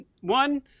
One